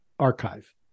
archive